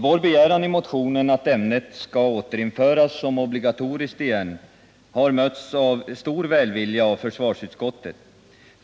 Vår begäran i motionen att ämnet skall återinföras som obligatoriskt igen har mötts av stor välvilja av försvarsutskottet.